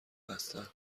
هستن